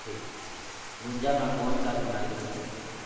गुनजा मा कौन का बीमारी होथे?